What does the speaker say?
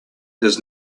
does